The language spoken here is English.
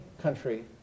country